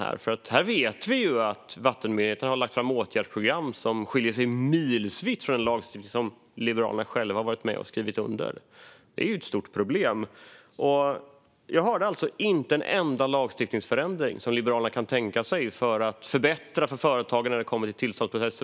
Vi vet att vattenmyndigheterna har lagt fram åtgärdsprogram som skiljer sig milsvitt från den lagstiftning som Liberalerna varit med och skrivit under, och det är ett stort problem. Jag hörde inte om en enda lagstiftningsförändring som Liberalerna kan tänka sig för att förbättra för företagen när det gäller tillståndsprocesser.